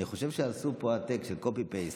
אני חושב שעשו פה העתק של קופי-פייסט